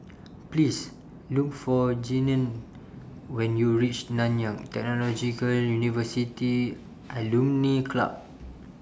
Please Look For Jeannine when YOU REACH Nanyang Technological University Alumni Club